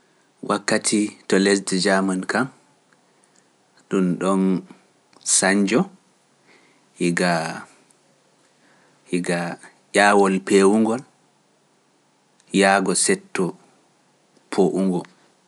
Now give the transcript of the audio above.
Wakkati to lesdi jaamanu kam, ɗum ɗoon sanjo, higaa ƴaawol peewungol, yaago setto poowungol.